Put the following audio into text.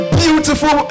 beautiful